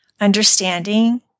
understanding